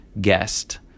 guest